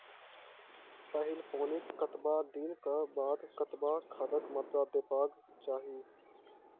पहिल पानिक कतबा दिनऽक बाद कतबा खादक मात्रा देबाक चाही?